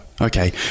Okay